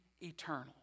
eternal